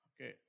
Okay